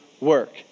work